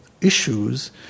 issues